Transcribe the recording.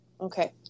Okay